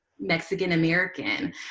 Mexican-American